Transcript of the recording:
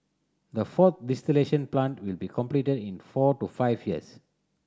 the fourth plant will be completed in four to five years